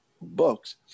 books